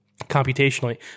computationally